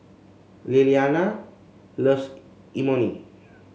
Lilyana loves Imoni